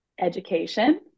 education